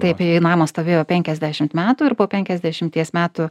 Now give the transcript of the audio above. taip jei namas stovėjo penkiasdešimt metų ir po penkiasdešimties metų